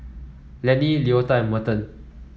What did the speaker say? Lennie Leota and Merton